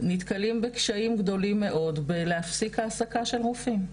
נתקלים בקשיים גדולים מאוד בלהפסיק העסקה של רופאים.